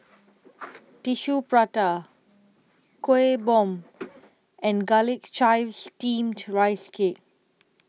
Tissue Prata Kueh Bom and Garlic Chives Steamed Rice Cake